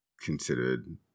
considered